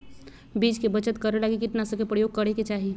बीज के बचत करै लगी कीटनाशक के प्रयोग करै के चाही